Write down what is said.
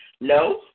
No